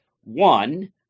One